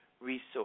resource